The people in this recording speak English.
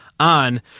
on